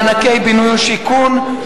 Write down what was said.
מענקי בינוי ושיכון,